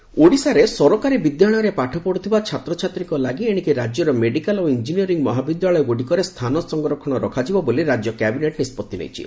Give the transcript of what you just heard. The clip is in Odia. ଓଡ଼ିଶା ସରକାର ଓଡ଼ିଶାରେ ସରକାରୀ ବିଦ୍ୟାଳୟରେ ପାଠପଢ଼ୁଥିବା ଛାତ୍ରଛାତ୍ରୀଙ୍କ ଲାଗି ଏଣିକି ରାଜ୍ୟର ମେଡିକାଲ୍ ଓ ଇଞ୍ଜିନିୟରିଂ ମହାବିଦ୍ୟାଳୟଗୁଡ଼ିକରେ ସ୍ଥାନ ସଂରକ୍ଷଣ ରଖାଯିବ ବୋଲି ରାଜ୍ୟ କ୍ୟାବିନେଟ୍ ନିଷ୍ପଭି ନେଇଛନ୍ତି